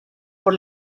por